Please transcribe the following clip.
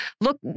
look